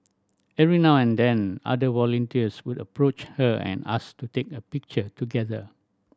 every now and then other volunteers would approach her and ask to take a picture together